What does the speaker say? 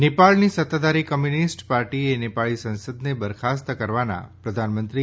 નેપાળની સત્તાધારી કોમ્યુનિસ્ટ પાર્ટીએ નેપાળી સંસદને બરખાસ્ત કરવાના પ્રધાનમંત્રી